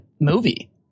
movie